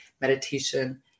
meditation